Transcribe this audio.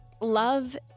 Love